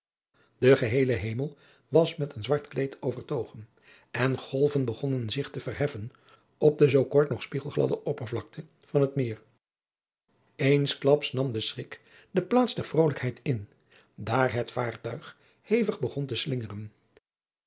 de geheele hemel was met een zwart kleed overtogen en golven begonnen zich te verheffen op de zoo kort nog spiegelgladde oppervlakte van het meer eensklaps nam de schrik de plaats der vrolijkheid in daar het vaartuig hevig begon te slingeren